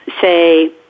say